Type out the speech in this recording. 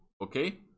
Okay